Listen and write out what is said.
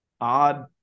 odd